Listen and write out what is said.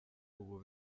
ubu